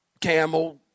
camel